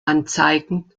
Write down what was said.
anzeigen